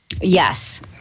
Yes